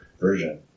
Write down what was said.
version